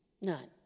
none